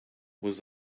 was